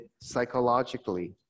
psychologically